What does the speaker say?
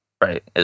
right